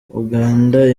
uganda